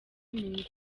muri